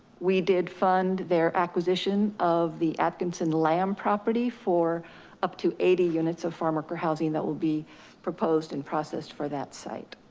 we did fund their acquisition of the atkinson lamb property for up to eighty units of farm worker housing that will be proposed and processed for that site.